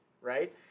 right